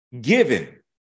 given